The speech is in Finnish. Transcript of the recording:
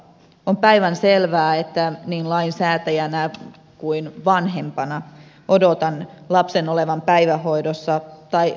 on päivänselvää että niin lainsäätäjänä kuin vanhempana odotan lapsen olevan päivähoidossa tai harrastuksissaan turvassa